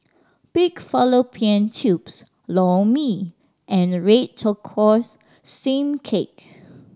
pig fallopian tubes Lor Mee and red tortoise steam cake